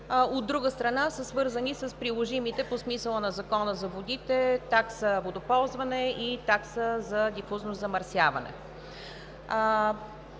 От друга страна, са свързани с приложимата по смисъла на Закона за водите такса „водоползване“ и такса за дифузно замърсяване.